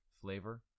flavor